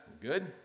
Good